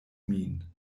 min